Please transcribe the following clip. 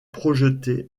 projeté